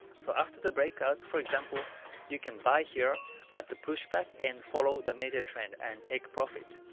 so after the breakout, for example you can buy here at the push back and follow the major trend and take profit.